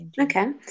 okay